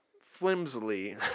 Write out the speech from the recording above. flimsily